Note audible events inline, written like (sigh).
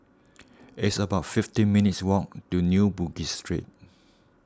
(noise) it's about fifty minutes' walk to New Bugis Street